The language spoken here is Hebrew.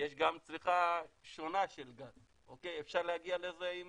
יש גם צריכה שונה של גז, אפשר להגיע לזה עם